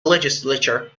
legislature